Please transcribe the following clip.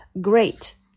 Great